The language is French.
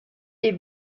est